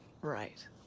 Right